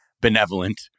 benevolent